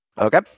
okay